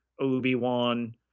Obi-Wan